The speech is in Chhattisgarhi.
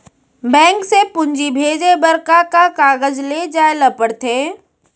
बैंक से पूंजी भेजे बर का का कागज ले जाये ल पड़थे?